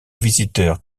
visiteurs